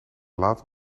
laten